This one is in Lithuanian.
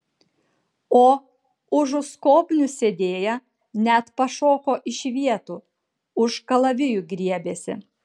o užu skobnių sėdėję net pašoko iš vietų už kalavijų griebėsi